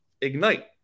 ignite